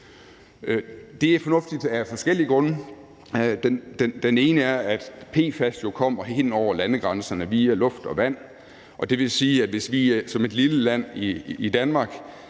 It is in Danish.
Det er fornuftigt af forskellige grunde. Den ene er, at PFAS jo kommer ind over landegrænserne via luft og vand, og det vil sige, at hvis vi i Danmark